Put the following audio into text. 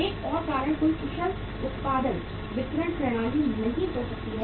एक और कारण कोई कुशल उत्पादन वितरण प्रणाली नहीं हो सकती है